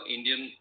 Indian